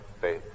faith